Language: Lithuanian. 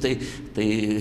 tai tai